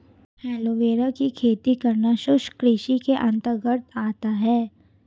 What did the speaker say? aloe vera की खेती करना शुष्क कृषि के अंतर्गत आता है